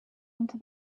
into